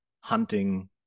hunting